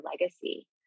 legacy